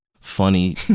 funny